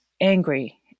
angry